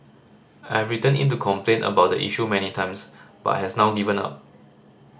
I've written in to complain about the issue many times but has now given up